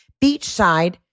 beachside